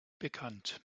bekannt